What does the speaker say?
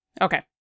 Okay